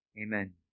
Amen